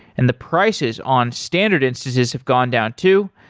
and the prices on standard instances have gone down too.